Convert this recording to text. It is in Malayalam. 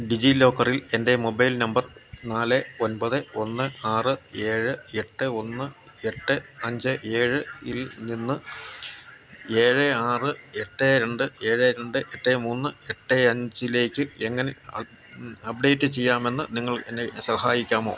ഡിജിലോക്കറിൽ എൻ്റെ മൊബൈൽ നമ്പർ നാല് ഒൻപത് ഒന്ന് ആറ് ഏഴ് എട്ട് ഒന്ന് എട്ട് അഞ്ച് ഏഴിൽ നിന്ന് ഏഴ് ആറ് എട്ട് രണ്ട് ഏഴ് രണ്ട് എട്ട് മൂന്ന് എട്ട് അഞ്ചിലേക്ക് എങ്ങനെ അപ്ഡേറ്റ് ചെയ്യാമെന്ന് നിങ്ങൾക്കെന്നെ സഹായിക്കാമോ